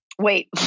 Wait